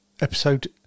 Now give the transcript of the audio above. episode